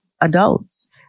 adults